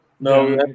No